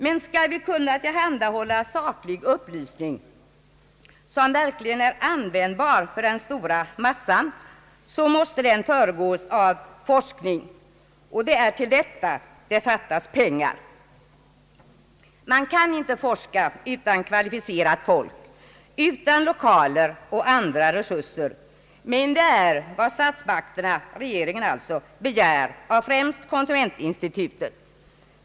Men skall vi kunna tillhandahålla saklig upplysning som verkligen är användbar för den stora allmänheten så måste denna upplysning föregås av forskning, och till det ändamålet fattas pengar. Man kan inte forska utan kvalificerat folk, utan lokaler och andra resurser. Men det är vad statsmakterna — alltså regeringen — begär av främst konsumentinstitutet.